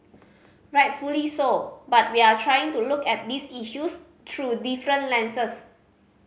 rightfully so but we are trying to look at these issues through different lenses